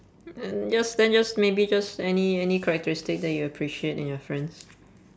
then just then just maybe just any any characteristic that you appreciate in your friends